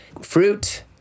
fruit